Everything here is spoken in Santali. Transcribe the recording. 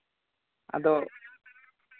ᱟᱫᱚ